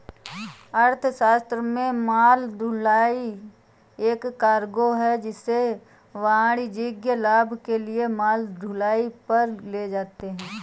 अर्थशास्त्र में माल ढुलाई एक कार्गो है जिसे वाणिज्यिक लाभ के लिए माल ढुलाई पर ले जाते है